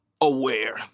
aware